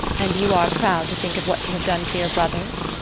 and you are proud to think of what you have done for your brothers?